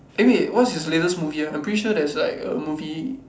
eh wait what's his latest movie ah I'm pretty sure there's like a movie